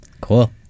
Cool